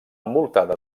envoltada